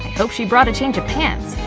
hope she brought a change of pants!